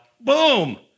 boom